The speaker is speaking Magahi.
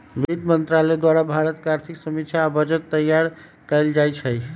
वित्त मंत्रालय द्वारे भारत के आर्थिक समीक्षा आ बजट तइयार कएल जाइ छइ